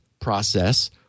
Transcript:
process